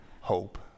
hope